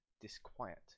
disquiet